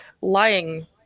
lying